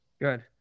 Good